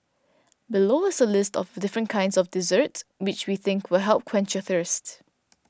below is a list of different kinds of desserts which we think will help quench your thirst